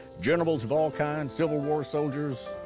generals of all kinds, civil war soldiers.